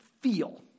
feel